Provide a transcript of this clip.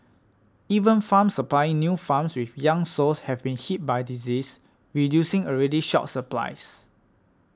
even farms supplying new farms with young sows have been hit by disease reducing already short supplies